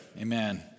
amen